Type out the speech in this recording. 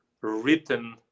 Written